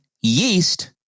yeast